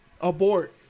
Abort